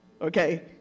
Okay